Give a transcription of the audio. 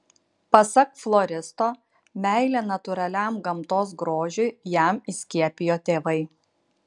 pasak floristo meilę natūraliam gamtos grožiui jam įskiepijo tėvai